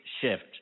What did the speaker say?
shift